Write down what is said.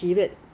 anyway